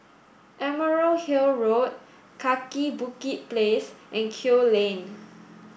Emerald Hill Road Kaki Bukit Place and Kew Lane